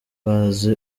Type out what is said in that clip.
bazi